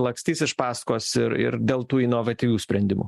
lakstys iš paskos ir ir dėl tų inovatyvių sprendimų